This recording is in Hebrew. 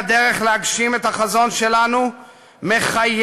הדרך להגשים את החזון שלנו מחייבת